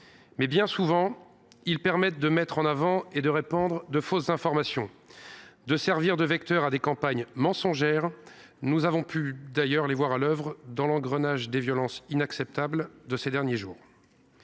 Mais, bien souvent, ils permettent de mettre en avant et de répandre de fausses informations ou servent de vecteurs à des campagnes mensongères. Nous avons d’ailleurs pu les voir à l’œuvre dans l’engrenage des violences inacceptables de ces derniers jours.